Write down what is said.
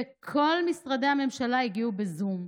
וכל משרדי הממשלה הגיעו בזום.